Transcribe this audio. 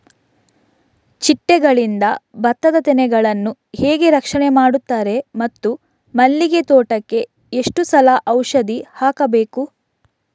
ಚಿಟ್ಟೆಗಳಿಂದ ಭತ್ತದ ತೆನೆಗಳನ್ನು ಹೇಗೆ ರಕ್ಷಣೆ ಮಾಡುತ್ತಾರೆ ಮತ್ತು ಮಲ್ಲಿಗೆ ತೋಟಕ್ಕೆ ಎಷ್ಟು ಸಲ ಔಷಧಿ ಹಾಕಬೇಕು?